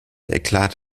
eklat